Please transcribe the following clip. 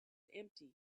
empty